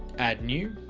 add new.